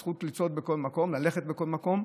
יש זכות לצעוד בכל מקום, ללכת בכל מקום,